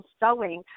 sewing